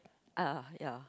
ah ya